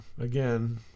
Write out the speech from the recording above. again